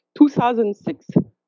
2006